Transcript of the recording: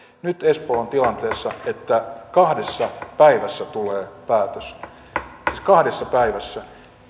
nyt espoo on tilanteessa että kahdessa päivässä tulee päätös siis kahdessa päivässä